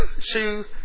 shoes